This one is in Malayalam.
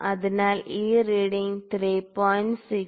അതിനാൽ ഈ റീഡിങ് 3